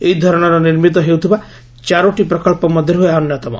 ଏ ଧରଣର ନିର୍ମିତ ହେଉଥିବା ଚାରୋଟି ପ୍ରକଳ୍ପ ମଧ୍ୟରୁ ଏହା ଅନ୍ୟତମ